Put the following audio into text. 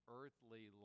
earthly